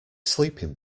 sleeping